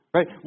Right